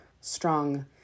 strong